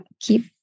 keep